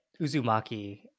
Uzumaki